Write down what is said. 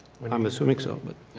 i am assuming so. but